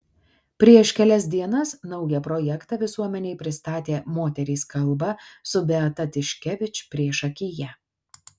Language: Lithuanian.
prieš kelias dienas naują projektą visuomenei pristatė moterys kalba su beata tiškevič priešakyje